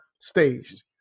staged